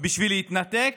בשביל להתנתק.